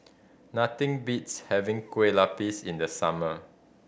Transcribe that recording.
nothing beats having Kueh Lapis in the summer